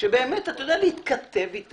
שאתה יודע להתכתב אתה